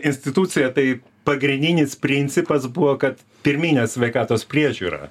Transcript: instituciją tai pagrindinis principas buvo kad pirminė sveikatos priežiūra